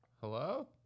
hello